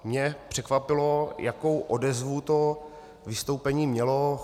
Mě překvapilo, jakou odezvu vystoupení mělo.